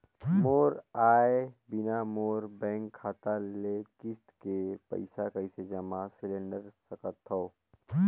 मोर आय बिना मोर बैंक खाता ले किस्त के पईसा कइसे जमा सिलेंडर सकथव?